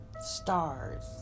stars